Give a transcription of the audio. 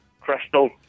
Crystal